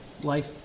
life